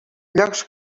llocs